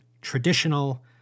traditional